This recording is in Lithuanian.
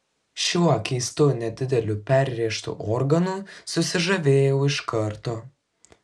šiuo keistu nedideliu perrėžtu organu susižavėjau iš karto